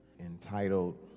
entitled